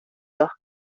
dos